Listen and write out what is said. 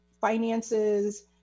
finances